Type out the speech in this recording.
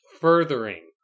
furthering